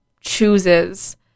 chooses